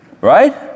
Right